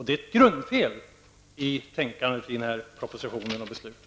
Det är ett grundfel i tänkandet i propositionen och i beslutet.